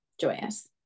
joyous